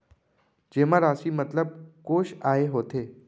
जेमा राशि मतलब कोस आय होथे?